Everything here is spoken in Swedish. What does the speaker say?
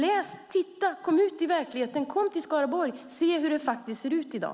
Läs, titta och kom ut till verkligheten. Kom till Skaraborg och se hur det faktiskt ser ut i dag!